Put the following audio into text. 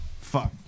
fuck